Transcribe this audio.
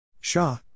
Shah